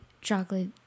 chocolate